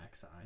XI